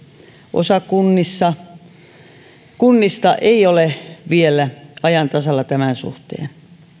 osa kunnista ei ole vielä ajan tasalla tämän suhteen